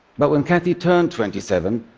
but when kathy turned twenty seven,